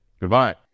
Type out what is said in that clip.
Goodbye